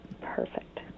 Perfect